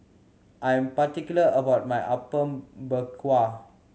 I am particular about my Apom Berkuah